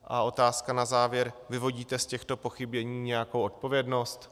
A otázka na závěr: Vyvodíte z těchto pochybení nějakou odpovědnost?